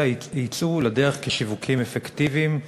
אלא יצאו לדרך כשיווקים אפקטיביים,